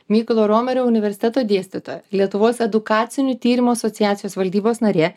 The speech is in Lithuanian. mykolo romerio universiteto dėstytoja lietuvos edukacinių tyrimų asociacijos valdybos narė